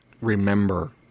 remember